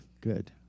good